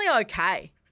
okay